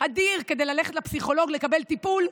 אדיר כדי ללכת לפסיכולוג לקבל טיפול.